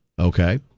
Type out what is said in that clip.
Okay